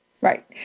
Right